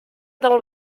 del